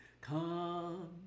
come